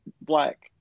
black